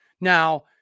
Now